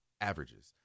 averages